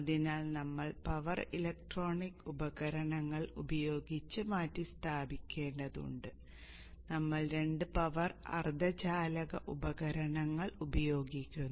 അതിനാൽ നമ്മൾ power electronic ഉപകരണങ്ങൾ ഉപയോഗിച്ച് മാറ്റിസ്ഥാപിക്കേണ്ടതുണ്ട് അതിനാൽ നമ്മൾ രണ്ട് പവർ അർദ്ധചാലക ഉപകരണങ്ങൾ ഉപയോഗിക്കുന്നു